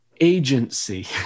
agency